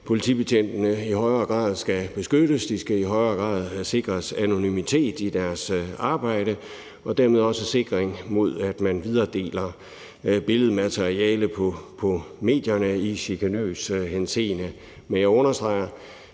politibetjentene i højere grad skal beskyttes. De skal i højere grad sikres anonymitet i deres arbejde og dermed også sikres mod, at man deler billedmateriale på medierne i chikanøs henseende. Men jeg understreger,